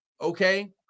Okay